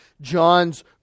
John's